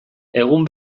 egun